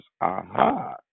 Aha